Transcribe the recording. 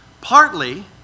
partly